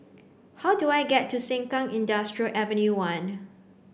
how do I get to Sengkang Industrial Ave one